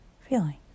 feeling